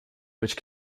which